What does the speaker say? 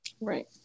right